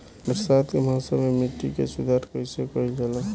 बरसात के मौसम में मिट्टी के सुधार कईसे कईल जाई?